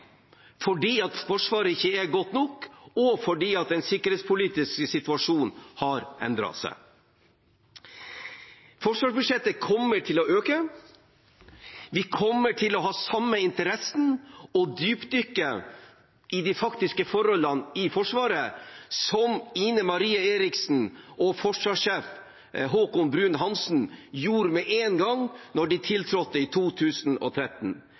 Forsvaret ikke er godt nok, og fordi den sikkerhetspolitiske situasjonen har endret seg. Forsvarsbudsjettet kommer til å øke, vi kommer til å ha den samme interessen og dypdykke i de faktiske forholdene i Forsvaret, slik Ine Marie Eriksen Søreide og forsvarssjef Haakon Bruun-Hansen gjorde med en gang de tiltrådte i 2013.